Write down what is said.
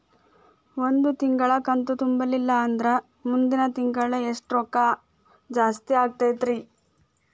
ಒಂದು ತಿಂಗಳಾ ಕಂತು ತುಂಬಲಿಲ್ಲಂದ್ರ ಮುಂದಿನ ತಿಂಗಳಾ ಎಷ್ಟ ರೊಕ್ಕ ಜಾಸ್ತಿ ಆಗತೈತ್ರಿ?